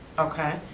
okay,